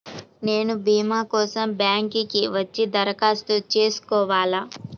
నేను భీమా కోసం బ్యాంక్కి వచ్చి దరఖాస్తు చేసుకోవాలా?